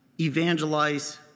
evangelize